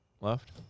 left